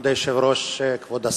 כבוד היושב-ראש, כבוד השר,